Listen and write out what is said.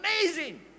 amazing